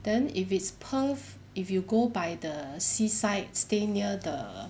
then if it's perth if you go by the seaside stay near the